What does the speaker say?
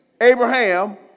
Abraham